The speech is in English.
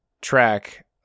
track